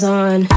on